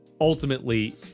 Ultimately